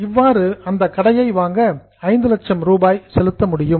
இவ்வாறு அந்த கடையை வாங்க 500000 ரூபாய் செலுத்த முடியும்